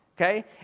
Okay